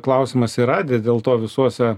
klausimas yra dėlto visuose